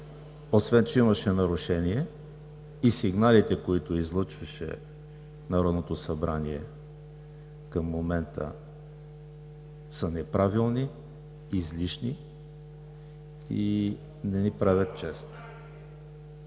освен че имаше нарушение, и сигналите, които излъчваше Народното събрание към момента, са неправилни, излишни и не ни правят чест.